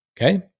Okay